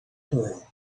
pearl